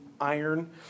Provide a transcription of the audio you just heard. iron